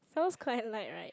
sounds quite light right